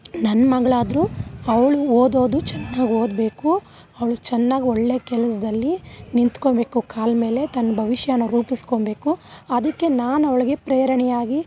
ನನ್ನ ಮಗಳಾದ್ರು ಅವಳು ಓದೋದು ಚೆನ್ನಾಗಿ ಓದಬೇಕು ಅವಳು ಚೆನ್ನಾಗಿ ಒಳ್ಳೆ ಕೆಲಸ್ದಲ್ಲಿ ನಿಂತ್ಕೊಬೇಕು ಕಾಲ ಮೇಲೆ ತನ್ನ ಭವಿಷ್ಯನ್ನ ರೂಪಿಸ್ಕೊಳ್ಬೇಕು ಅದಕ್ಕೆ ನಾನು ಅವಳಿಗೆ ಪ್ರೇರಣೆಯಾಗಿ